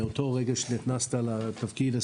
מאותו רגע שנכנסת לתפקיד,